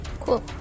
Cool